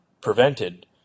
prevented